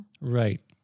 Right